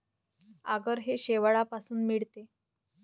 आगर हे शेवाळापासून मिळते